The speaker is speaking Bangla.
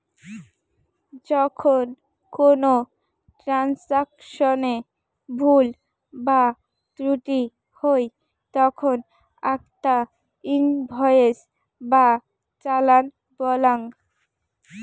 যখন কোনো ট্রান্সাকশনে ভুল বা ত্রুটি হই তখন আকটা ইনভয়েস বা চালান বলাঙ্গ